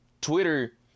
Twitter